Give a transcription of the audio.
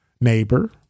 neighbor